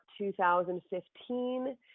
2015